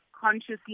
consciously